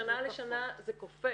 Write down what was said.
משנה לשנה זה קופץ.